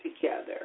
together